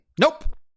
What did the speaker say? nope